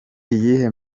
iyihe